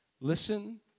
listen